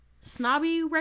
snobby